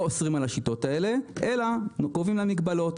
אוסרים על השיטות האלה אלא קובעים להן מגבלות.